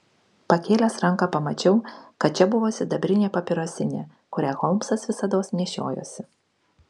pakėlęs ranką pamačiau kad čia buvo sidabrinė papirosinė kurią holmsas visados nešiojosi